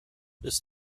ist